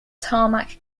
tarmac